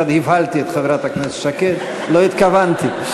קצת הבהלתי את חברת הכנסת שקד, לא התכוונתי.